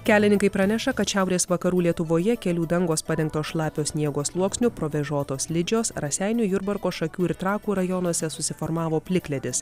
kelininkai praneša kad šiaurės vakarų lietuvoje kelių dangos padengtos šlapio sniego sluoksniu provėžotos slidžios raseinių jurbarko šakių ir trakų rajonuose susiformavo plikledis